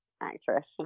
actress